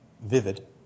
vivid